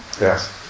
Yes